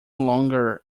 longer